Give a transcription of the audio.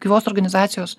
gyvos organizacijos